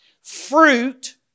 Fruit